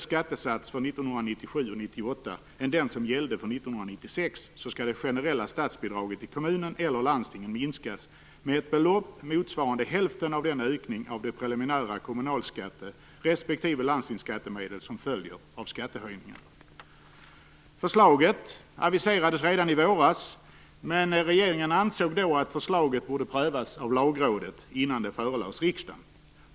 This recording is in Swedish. skall det generella statsbidraget till kommunen eller landstinget minskas med ett belopp motsvarande hälften av den ökning av de preliminära kommunalskatte respektive landstingsskattemedel som följer av skattehöjningarna. Förslaget aviserades redan i våras, men regeringen ansåg då att förslaget borde prövas av Lagrådet innan det förelades riksdagen.